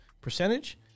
percentage